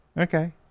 Okay